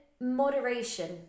moderation